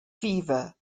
fever